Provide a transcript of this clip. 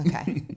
Okay